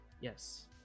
yes